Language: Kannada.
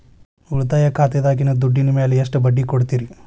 ಉಳಿತಾಯ ಖಾತೆದಾಗಿನ ದುಡ್ಡಿನ ಮ್ಯಾಲೆ ಎಷ್ಟ ಬಡ್ಡಿ ಕೊಡ್ತಿರಿ?